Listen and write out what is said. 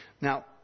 Now